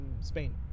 spain